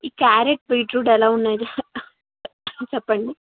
ఈ carrot beetroot ఎలా ఉన్నాయి చెప్పండి